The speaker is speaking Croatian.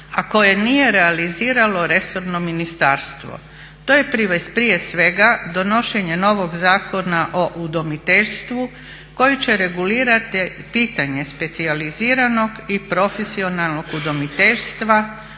a koje nije realiziralo resorno ministarstvo. To je prije svega donošenje novog Zakona o udomiteljstvu koji će regulirati pitanje specijaliziranog i profesionalnog udomiteljstva,